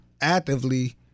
actively